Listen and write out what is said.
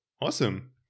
Awesome